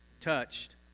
touched